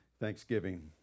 Thanksgiving